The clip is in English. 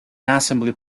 assembly